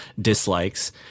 dislikes